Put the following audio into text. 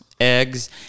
eggs